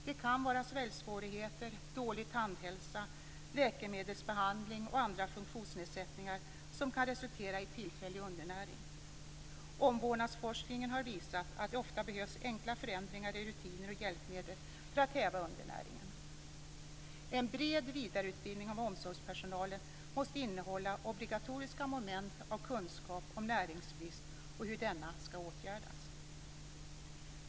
Det kan vara sväljsvårigheter, dålig tandhälsa, läkemedelsbehandling och andra funktionsnedsättningar som kan resultera i tillfällig undernäring. Omvårdnadsforskningen har visat att det ofta behövs enkla förändringar i rutiner och hjälpmedel för att häva undernäringen. En bred vidareutbildning av omsorgspersonalen måste innehålla obligatoriska moment av kunskap om näringsbrist och hur denna skall åtgärdas.